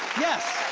yes,